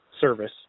service